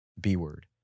B-word